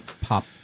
pop